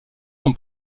son